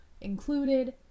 included